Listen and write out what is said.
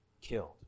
killed